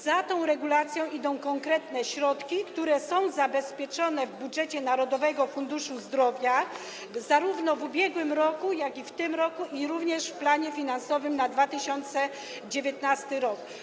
Za tą regulacją idą konkretne środki, które zostały zapewnione w budżecie Narodowego Funduszu Zdrowia zarówno w ubiegłym roku, jak i w tym roku, i również w planie finansowym na 2019 r.